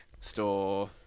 store